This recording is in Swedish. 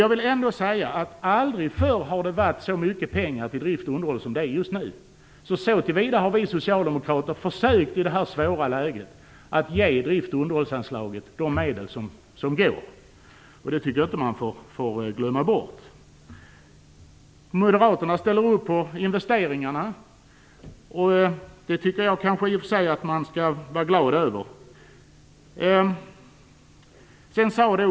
Jag vill ändå säga att det aldrig förr anslagits så mycket pengar till drift och underhåll som det görs just nu. Så till vida har vi socialdemokrater försökt att ge drift och underhållsanslaget de medel som går att ge i detta svåra läge. Det får man inte glömma bort. Moderaterna ställer upp på investeringarna. Det tycker jag i och för sig att man skall vara glad över.